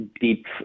deep